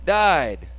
died